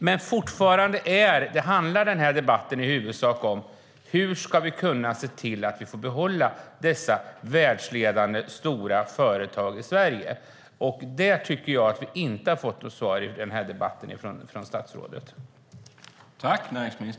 Men fortfarande handlar den här debatten i huvudsak om hur vi ska kunna se till att vi får behålla våra världsledande stora företag i Sverige. Där tycker jag att vi i den här debatten inte har fått något svar från statsrådet.